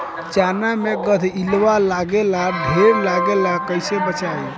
चना मै गधयीलवा लागे ला ढेर लागेला कईसे बचाई?